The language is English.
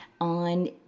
on